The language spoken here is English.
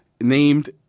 named